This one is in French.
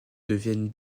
deviennent